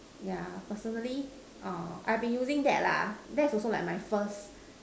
yeah personally I have been using that lah that is also my first